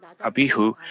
Abihu